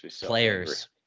players